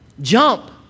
Jump